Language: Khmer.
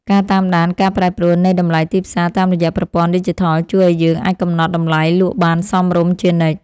ការតាមដានការប្រែប្រួលនៃតម្លៃទីផ្សារតាមរយៈប្រព័ន្ធឌីជីថលជួយឱ្យយើងអាចកំណត់តម្លៃលក់បានសមរម្យជានិច្ច។